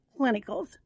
clinicals